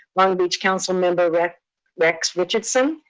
long beach council member rex rex richardson,